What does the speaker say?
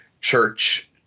church